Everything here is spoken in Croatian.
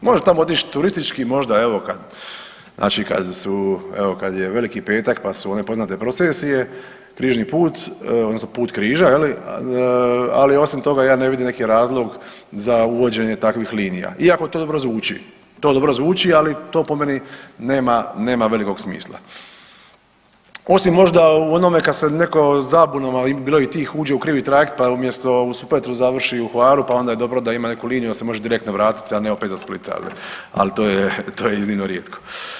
Može tamo otići turistički, možda kad su, kad je Veliki petak pa su one poznate procesije Križni put odnosno Put križa je li, ali osim toga ja ne vidim neki razlog za uvođenje takvih linija iako to dobro zvuči, to dobro zvuči, ali to po meni nema velikog smisla, osim možda u onome kad se neko zabunom, a bilo je i tih uđe u krivi trajekt pa umjesto u Supetru završi u Hvaru pa onda je dobro da ima neku liniju da se može direktno vratit, a ne opet za Split, ali to je iznimno rijetko.